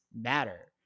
matter